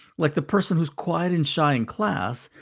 like the person who's quiet and shy in class,